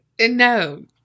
No